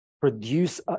produce